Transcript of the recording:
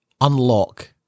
unlock